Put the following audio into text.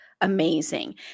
amazing